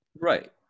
right